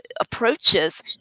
approaches